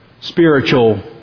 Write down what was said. spiritual